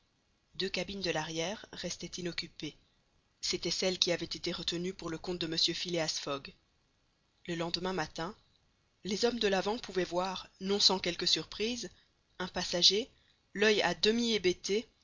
deux cabines de l'arrière restaient inoccupées c'étaient celles qui avaient été retenues pour le compte de mr phileas fogg le lendemain matin les hommes de l'avant pouvaient voir non sans quelque surprise un passager l'oeil à demi hébété